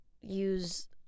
use